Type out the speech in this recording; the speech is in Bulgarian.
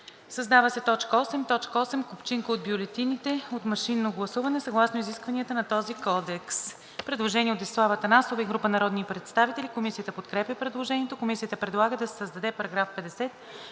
създава се т. 8: „8. купчинка от бюлетините от машинно гласуване съгласно изискванията на този кодекс“.“ Предложение на Десислава Атанасова и група народни представители. Комисията подкрепя предложението. Комисията предлага да се създаде § 50: „§ 50.